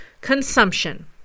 consumption